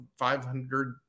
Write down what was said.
500%